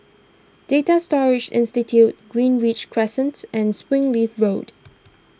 Data Storage Institute Greenridge Crescents and Springleaf Road